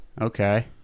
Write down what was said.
Okay